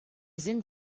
sind